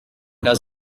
does